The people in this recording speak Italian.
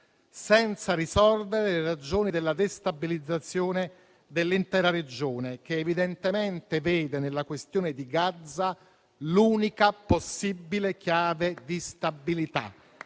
senza risolvere le ragioni della destabilizzazione dell'intera regione, che evidentemente vede nella questione di Gaza l'unica possibile chiave di stabilità.